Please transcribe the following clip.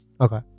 Okay